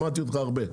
שמעתי אותך הרבה.